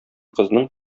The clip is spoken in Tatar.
кызның